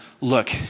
look